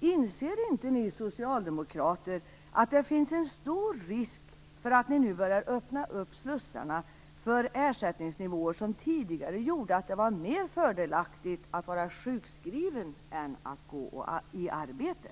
Inser inte ni socialdemokrater att det finns en stor risk att ni nu börjar öppna slussarna för ersättningsnivåer som tidigare gjorde att det var mer fördelaktigt att vara sjukskriven än att vara i arbete?